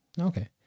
Okay